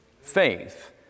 Faith